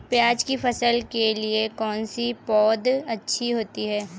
प्याज़ की फसल के लिए कौनसी पौद अच्छी होती है?